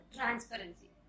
transparency